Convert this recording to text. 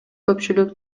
көпчүлүк